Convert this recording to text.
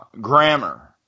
grammar